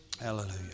Hallelujah